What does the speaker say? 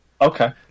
Okay